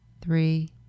three